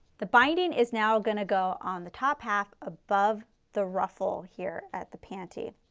the binding is now going to go on the top half above the ruffle here at the panty.